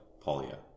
Polya